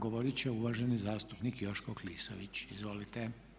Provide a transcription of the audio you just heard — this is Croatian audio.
Govorit će uvaženi zastupnik Joško Klisović, izvolite.